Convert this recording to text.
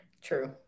True